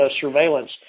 surveillance